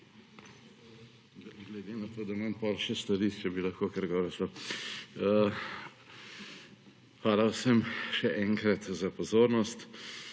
Hvala vsem še enkrat za pozornost.